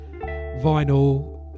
vinyl